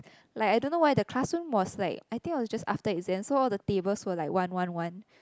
like I don't know why the classroom was like I think I was just after exam so all the tables were like one one one